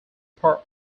per